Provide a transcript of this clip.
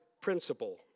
principle